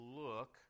look